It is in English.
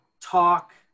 talk